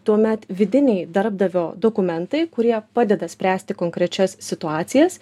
tuomet vidiniai darbdavio dokumentai kurie padeda spręsti konkrečias situacijas